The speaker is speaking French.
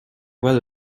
voies